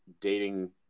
dating